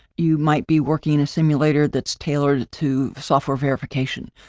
you might be working in a simulator that's tailored to software verification,